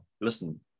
listen